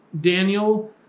Daniel